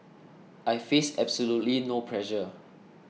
I face absolutely no pressure